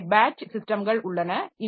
எனவே பேட்ச் சிஸ்டம்கள் உள்ளன